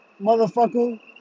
motherfucker